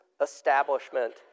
establishment